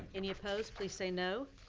any opposed, please say no.